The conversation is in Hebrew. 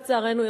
לצערנו,